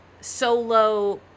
solo